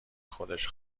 خودش